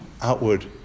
outward